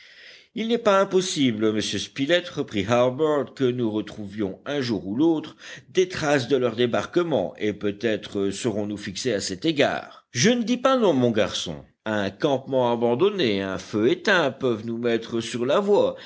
il n'est pas impossible monsieur spilett reprit harbert que nous retrouvions un jour ou l'autre des traces de leur débarquement et peut-être serons-nous fixés à cet égard je ne dis pas non mon garçon un campement abandonné un feu éteint peuvent nous mettre sur la voie